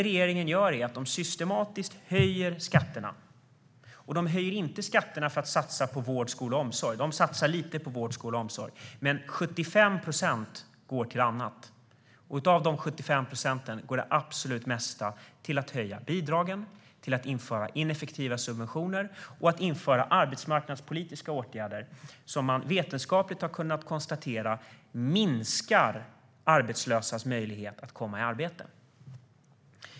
Regeringen höjer systematiskt skatterna, men man höjer inte skatterna för att satsa på vård, skola och omsorg - man satsar lite på vård, skola och omsorg - utan det är 75 procent som går till annat. Av de 75 procenten går det absolut mesta till att höja bidragen, till att införa ineffektiva subventioner och till att införa arbetsmarknadspolitiska åtgärder som det vetenskapligt har konstaterats minskar arbetslösas möjlighet att komma i arbete.